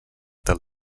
del